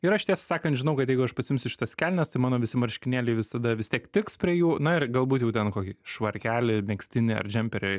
ir aš tiesą sakant žinau kad jeigu aš pasiimsiu šitas kelnes tai mano visi marškinėliai visada vis tiek tiks prie jų na ir galbūt jau ten kokį švarkelį megztinį ar džemperį